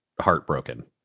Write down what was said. heartbroken